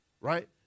Right